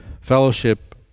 fellowship